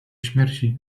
śmierci